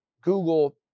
Google